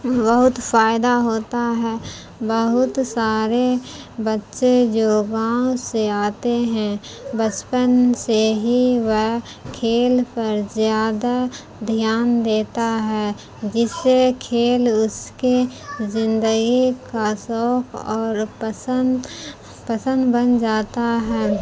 بہت فائدہ ہوتا ہے بہت سارے بچے جو گاؤں سے آتے ہیں بسپن سے ہی وہ کھیل پر زیادہ دھیان دیتا ہے جس سے کھیل اس کے زندگی کا شوق اور پسند پسند بن جاتا ہے